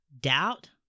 doubt